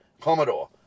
Commodore